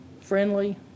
friendly